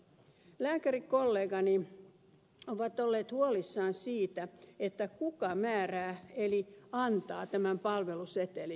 lääkärikollegani ovat olleet huolissaan siitä kuka määrää eli antaa tämän palvelusetelin